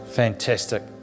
Fantastic